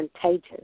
contagious